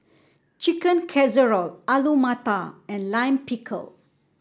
Chicken Casserole Alu Matar and Lime Pickle